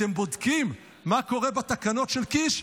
אתם בודקים מה קורה בתקנות של קיש,